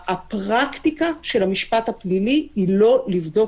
הפרקטיקה של המשפט הפלילי היא לא לבדוק